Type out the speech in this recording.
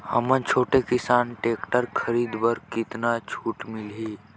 हमन छोटे किसान टेक्टर खरीदे बर कतका छूट मिलही?